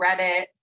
Reddit